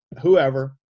whoever